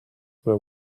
were